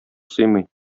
сыймый